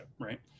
right